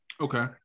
Okay